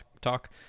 Talk